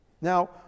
Now